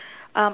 um